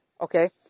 Okay